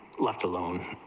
left alone